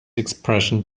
expression